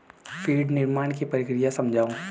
feed निर्माण की प्रक्रिया समझाओ